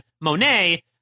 Monet